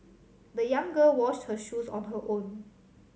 the young girl washed her shoes on her own